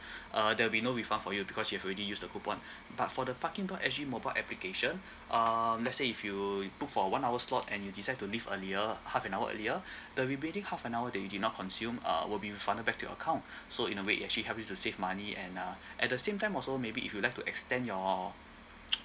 uh there'll be no refund for you because you already use the coupon but for the parking dot S G mobile application um let's say if you book for one hour slot and you decide to leave early half an hour earlier the remaining half an hour that you did not consumed uh will be refunded back to your account so in a way it actually help you to save money and uh at the same time also maybe if you'd like to extend your